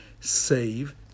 save